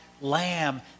lamb